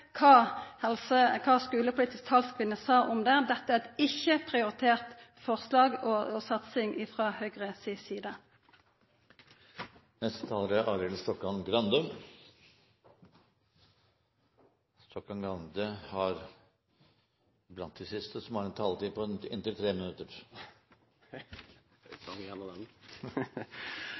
talskvinne sa om det: Dette er ikkje eit prioritert forslag og ei satsing frå Høgre si side. Neste taler er Arild Stokkan-Grande. Stokkan-Grande er blant de siste som har en taletid på inntil 3 minutter.